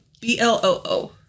B-L-O-O